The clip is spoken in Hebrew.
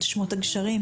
את שמות הגשרים.